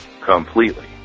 completely